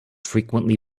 frequently